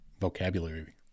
vocabulary